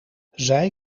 zij